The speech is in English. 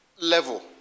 level